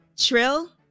Trill